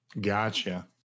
Gotcha